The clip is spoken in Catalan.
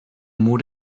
mur